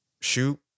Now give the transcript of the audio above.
shoot